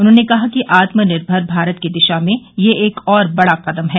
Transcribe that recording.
उन्होंने कहा कि आत्मनिर्भर भारत की दिशा में यह एक और बड़ा कदम है